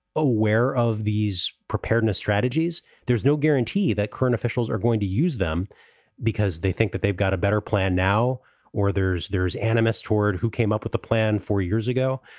aware of these preparedness strategies, there's no guarantee that current officials are going to use them because they think that they've got a better plan now or there's there's animus toward who came up with the plan four years ago.